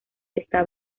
está